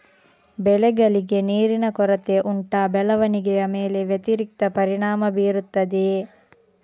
ಬೆಳೆಗಳಿಗೆ ನೀರಿನ ಕೊರತೆ ಉಂಟಾ ಬೆಳವಣಿಗೆಯ ಮೇಲೆ ವ್ಯತಿರಿಕ್ತ ಪರಿಣಾಮಬೀರುತ್ತದೆಯೇ?